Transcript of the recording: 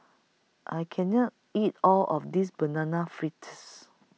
I Can not eat All of This Banana Fritters